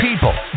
people